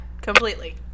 completely